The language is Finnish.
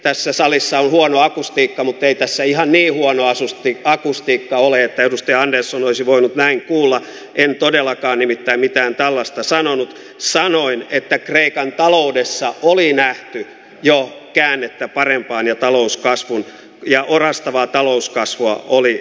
tässä salissa on huono akustiikka muttei tässä ihan niin huono asusti akustiikka ole peruste anderson olisi voinut näin kuolla en todellakaan nimittää mitään tällaista sanonut sanoin että kreikan taloudessa oli nähty jo käännettä parempaan ja talouskasvun ja orastava talouskasvua oli